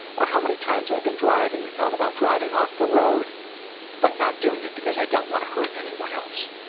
or how many times i've been driving and thought about driving off the road but not doing it because i don't want to hurt anyone else.